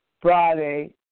Friday